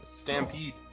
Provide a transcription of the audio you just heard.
stampede